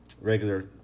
regular